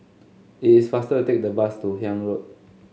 it is faster take the bus to Haig Road